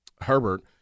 Herbert